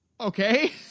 Okay